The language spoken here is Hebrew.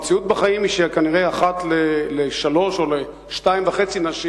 המציאות בחיים היא שכנראה אחת לשלוש או ל-2.5 נשים,